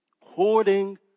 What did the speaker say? Hoarding